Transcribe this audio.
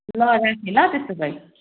ल राखेँ ल त्यसो भए